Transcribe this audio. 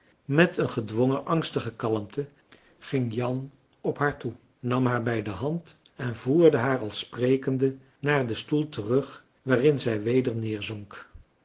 met een gedwongen angstige kalmte ging jan op haar toe nam haar bij de hand en voerde haar al sprekende naar den stoel terug waarin zij weder